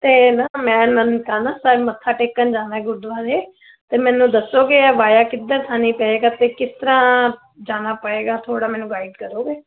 ਅਤੇ ਨਾ ਮੈਂ ਨਨਕਾਣਾ ਸਾਹਿਬ ਮੱਥਾ ਟੇਕਣ ਜਾਣਾ ਗੁਰਦੁਆਰੇ ਅਤੇ ਮੈਨੂੰ ਦੱਸੋ ਕਿ ਵਾਇਆ ਕਿੱਧਰ ਥਾਨੀ ਪਏਗਾ ਅਤੇ ਕਿਸ ਤਰ੍ਹਾਂ ਜਾਣਾ ਪਏਗਾ ਥੋੜ੍ਹਾ ਮੈਨੂੰ ਗਾਈਡ ਕਰੋਗੇ